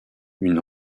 une